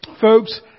Folks